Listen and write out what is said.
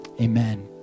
amen